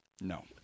No